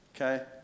Okay